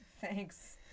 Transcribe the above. thanks